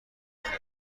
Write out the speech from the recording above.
بخیر